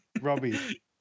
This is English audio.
Robbie